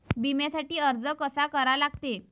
बिम्यासाठी अर्ज कसा करा लागते?